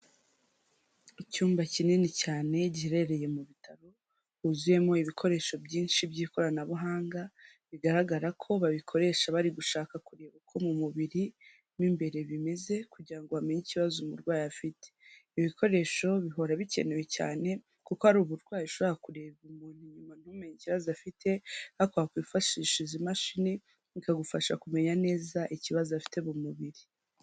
Icyumba kinini cyane giherereye mu bitaro. Huzuyemo ibikoresho byinshi by'ikoranabuhanga, bigaragara ko babikoresha bari gushaka kureba uko mu mubiri mo imbere bimeze kugira ngo amenye ikibazo umurwayi afite. Ibi bikoresho bihora bikenewe cyane kuko hari uburwayi ushobora kurebera umuntu inyuma ntumenye ikibazo afite, ariko wakwifashisha izi mashini bikagufasha kumenya neza ikibazo afite mu mubiri.